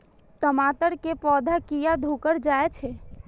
टमाटर के पौधा किया घुकर जायछे?